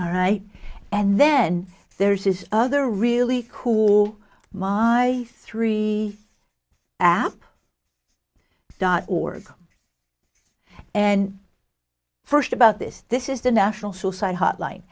all right and then there's this other really cool my three app dot org and first about this this is the national suicide hotline